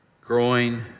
growing